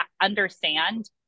understand